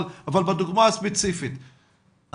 אבל בדוגמה הספציפית,